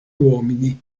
uomini